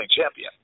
champion